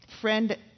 friend